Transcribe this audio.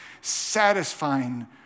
satisfying